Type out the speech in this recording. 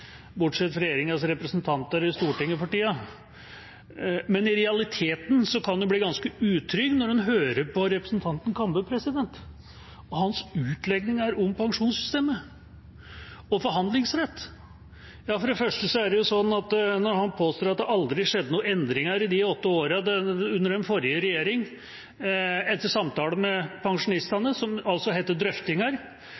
bortsett fra regjeringens representanter i Stortinget for tida. Men i realiteten kan man bli ganske utrygg når man hører på representanten Kambe og hans utlegninger om pensjonssystemet og forhandlingsrett. Først: Han påstår at det aldri skjedde noen endringer i de åtte årene under den forrige regjeringa. Etter samtale med